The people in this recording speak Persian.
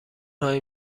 هایی